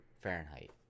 Fahrenheit